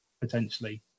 potentially